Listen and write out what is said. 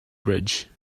bridge